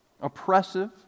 oppressive